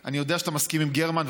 אני יודע שאתה מסכים עם גרמן,